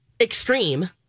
extreme